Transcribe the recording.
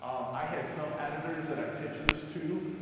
um i had some editors that i pitched this to.